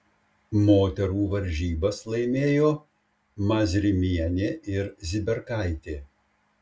moterų varžybas laimėjo mazrimienė ir ziberkaitė